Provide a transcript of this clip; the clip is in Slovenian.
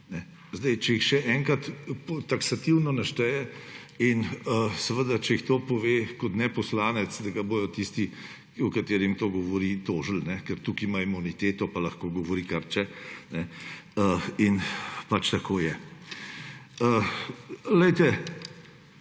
prakse. Če jih še enkrat taksativno našteje in seveda, če jih pove kot neposlanec, da ga bodo tisti, o katerih govori, tožili, ker tukaj ima imuniteto, pa lahko govori, kar hoče. Pač tako je. Glejte,